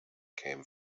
came